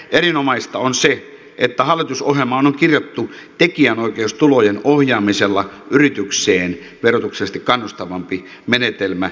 erinomaista on se että hallitusohjelmaan on kirjattu tekijänoikeustulojen ohjaamisella yritykseen verotuksellisesti kannustavampi menetelmä